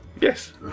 Yes